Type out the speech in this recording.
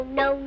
no